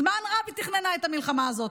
זמן רב היא תכננה את המלחמה הזאת.